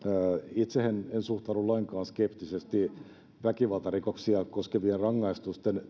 itse en suhtaudu lainkaan skeptisesti väkivaltarikoksia koskevien rangaistusten